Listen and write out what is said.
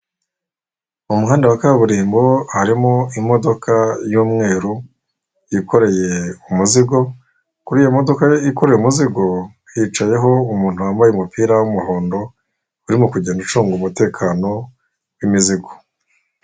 Mu muhanda wa kaburimbo harimo imodoka y'umweru yikoreye umuzigo, kuri iyo modoka yikoreye umuzigo, hicayeho umuntu wambaye umupira w'umuhondo urimo kugenda ucunga umutekano w'imizigo.